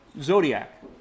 zodiac